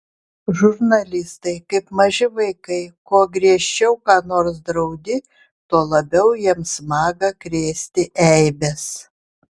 žurnalistai kaip maži vaikai kuo griežčiau ką nors draudi tuo labiau jiems maga krėsti eibes